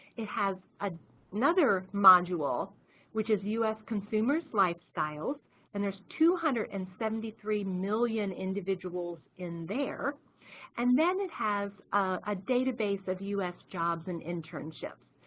it has ah another module which is u s consumers lifestyles and there's two hundred and seventy three million individuals in there and then it has a database of u s jobs and internships.